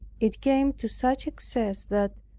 it came to such excess, that,